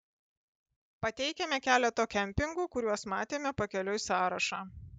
pateikiame keleto kempingų kuriuos matėme pakeliui sąrašą